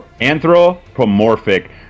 anthropomorphic